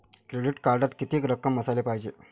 Credit कार्डात कितीक रक्कम असाले पायजे?